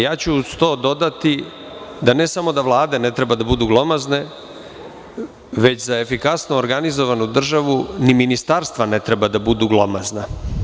Ja ću uz to dodati da ne samo da vlade ne treba da budu glomazne, već za efikasno organizovanu državu ni ministarstva ne treba da budu glomazna.